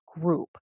group